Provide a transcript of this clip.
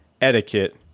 etiquette